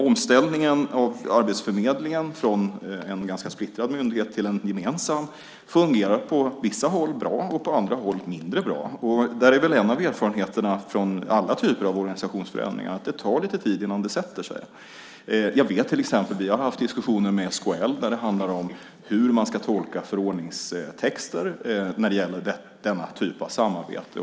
Omställningen av Arbetsförmedlingen från en ganska splittrad myndighet till gemensam myndighet fungerar på vissa håll bra och på andra håll mindre bra. En av erfarenheterna från alla typer av organisationsförändringar är väl att det tar lite tid innan det hela sätter sig. Vi har till exempel haft diskussioner med SKL om hur man ska tolka förordningstexter när det gäller denna typ av samarbete.